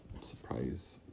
Surprise